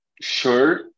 sure